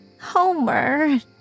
Homer